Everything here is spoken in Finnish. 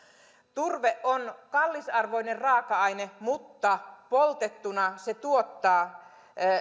turve on kallisarvoinen raaka aine mutta poltettuna se tuottaa